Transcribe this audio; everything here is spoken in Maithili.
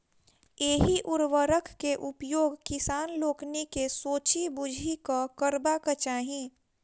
एहि उर्वरक के उपयोग किसान लोकनि के सोचि बुझि कअ करबाक चाही